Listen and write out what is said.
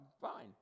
Fine